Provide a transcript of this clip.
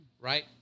Right